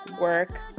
work